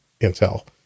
Intel